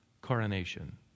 coronation